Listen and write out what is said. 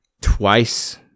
Twice